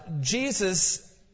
Jesus